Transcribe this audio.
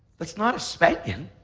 that's not a spanking.